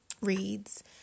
reads